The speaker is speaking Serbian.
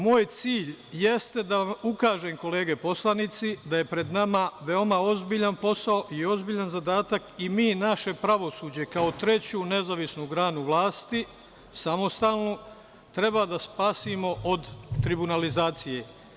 Moj cilj jeste da ukažem, kolege poslanici, da je pred nama veoma ozbiljan posao i ozbiljan zadatak i mi naše pravosuđe, kao treću nezavisnu granu vlasti, samostalnu, treba da spasimo od tribunalizacije.